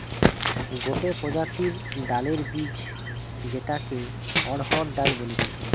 গটে প্রজাতির ডালের বীজ যেটাকে অড়হর ডাল বলতিছে